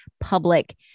public